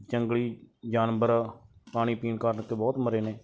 ਜੰਗਲੀ ਜਾਨਵਰ ਪਾਣੀ ਪੀਣ ਕਾਰਣ ਕਿ ਬਹੁਤ ਮਰੇ ਨੇ